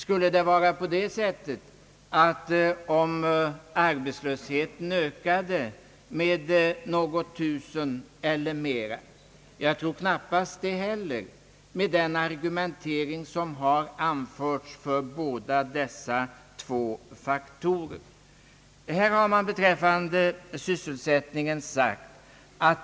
Kan det vara den eventualiteten att arbetslösheten ökar med något tusental eller mera? Jag tror knappast det heller, sedan jag hört den argumentering som anförts.